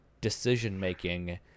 decision-making